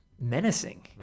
menacing